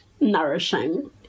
nourishing